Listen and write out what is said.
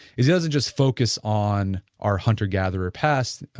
he doesn't just focus on our hunter-gatherer past,